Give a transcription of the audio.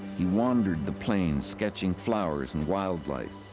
he wandered the plains, sketching flowers and wildlife.